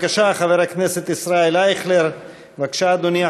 חבר הכנסת ישראל אייכלר, בבקשה, אדוני.